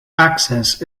access